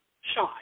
shy